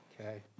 Okay